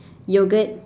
yogurt